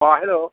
hello